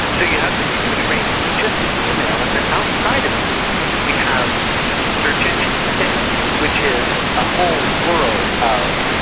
so you have this huge range, just in email, and then outside of email we have search engine spam, which is a whole world of,